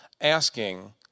asking